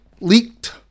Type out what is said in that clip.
leaked